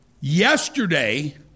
Yesterday